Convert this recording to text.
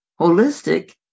holistic